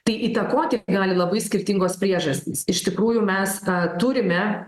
tai įtakoti gali labai skirtingos priežastys iš tikrųjų mes tą turime